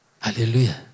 Hallelujah